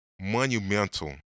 monumental